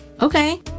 Okay